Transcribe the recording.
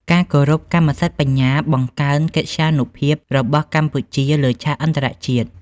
ការគោរពកម្មសិទ្ធិបញ្ញាបង្កើនកិត្យានុភាពរបស់កម្ពុជាលើឆាកអន្តរជាតិ។